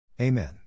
Amen